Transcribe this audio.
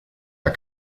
are